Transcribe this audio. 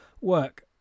work